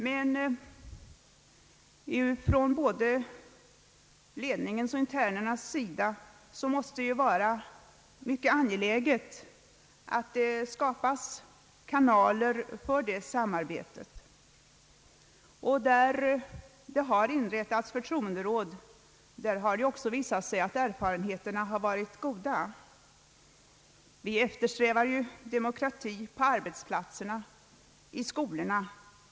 Men för både ledningen och internerna måste det vara mycket angeläget att kanaler för det samarbetet skapas. Där förtroenderåd inrättats har det också visat sig att erfarenheterna varit goda. Vi eftersträvar ju demokrati på arbetsplatserna och i skolan.